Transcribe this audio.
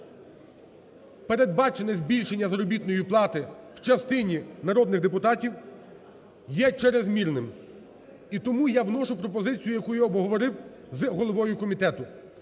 передбачене збільшення заробітної плати в частині народних депутатів є черезмірним. І тому я вношу пропозицію, яку я обговорив з головою комітету.